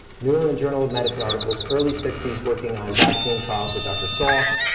new england journal of medicine articles, early sixty s, working on vaccine trials with dr. salk,